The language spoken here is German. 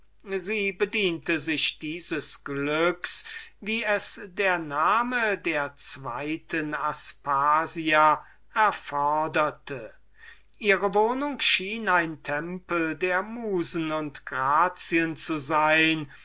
sie bediente sich dieses glücks wie es der name der zwoten aspasia erfoderte ihre wohnung schien ein tempel der musen und grazien zu sein